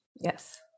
Yes